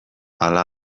ala